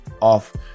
off